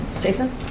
Jason